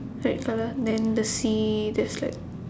red colour then the sea there's like